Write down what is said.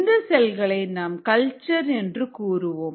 இந்த செல்களை நாம் கல்ச்சர் என்று கூறுவோம்